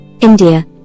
India